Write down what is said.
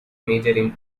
major